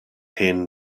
hen